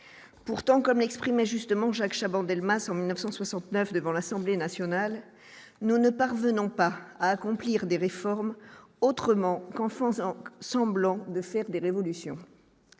pourtant comme exprimaient justement Jacques Chaban-Delmas en 1969 devant l'Assemblée nationale, nous ne parvenons pas à accomplir des réformes autrement qu'France semblant de faire des révolutions